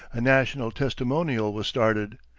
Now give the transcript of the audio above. a national testimonial was started.